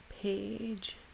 page